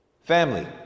family